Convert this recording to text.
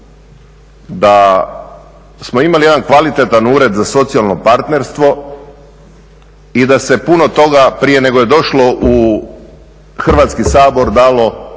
da smo imali jedan kvalitetan Ured za socijalno partnerstvo i da se puno toga prije nego je došlo u Hrvatski sabor dalo,